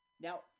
Now